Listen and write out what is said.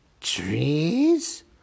trees